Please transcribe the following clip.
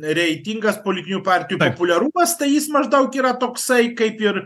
reitingas politinių partijų populiarumas tai jis maždaug yra toksai kaip ir